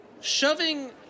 shoving –